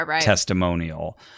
testimonial